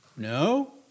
No